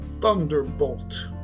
thunderbolt